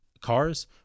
cars